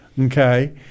Okay